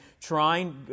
trying